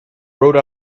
rode